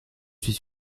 suis